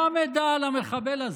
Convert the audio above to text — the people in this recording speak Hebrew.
היה מידע על המחבל הזה,